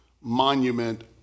monument